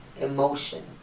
Emotion